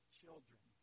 children